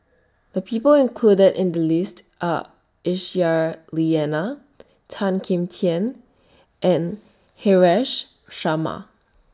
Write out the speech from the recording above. The People included in The list Are Aisyah Lyana Tan Kim Tian and Haresh Sharma